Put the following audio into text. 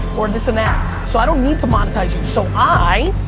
or this and that, so i don't need to monetize you, so i,